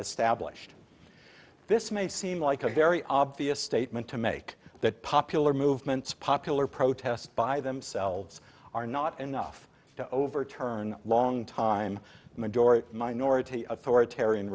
as stablished this may seem like a very obvious statement to make that popular movements popular protests by themselves are not enough to overturn long time majority minority authoritarian